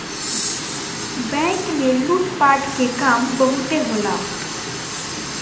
bank में लूट पाट के काम बहुते होला